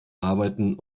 arbeiten